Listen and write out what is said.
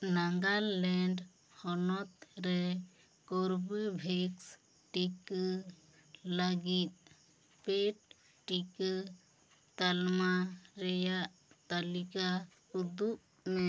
ᱱᱟᱜᱟᱞᱮᱱᱰ ᱦᱚᱱᱚᱛ ᱨᱮ ᱠᱚᱨᱵᱮᱵᱷᱤᱠᱥ ᱴᱤᱠᱟ ᱞᱟ ᱜᱤᱫ ᱯᱮᱰ ᱴᱤᱠᱟ ᱛᱟᱞᱢᱟ ᱨᱮᱭᱟᱜ ᱛᱟᱹᱞᱤᱠᱟ ᱩᱫᱩᱜᱽ ᱢᱮ